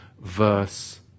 verse